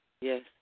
Yes